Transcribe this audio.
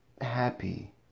happy